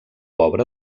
obra